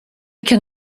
can